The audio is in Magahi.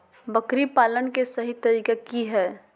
बकरी पालन के सही तरीका की हय?